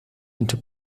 into